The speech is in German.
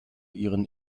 ihren